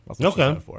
Okay